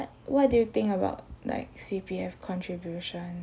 what do you think about like C_P_F contribution